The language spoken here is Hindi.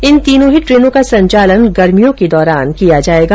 इन तीनों ही ट्रेनों का संचालन गर्मियों के दौरान किया जायेगा